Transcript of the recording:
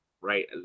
right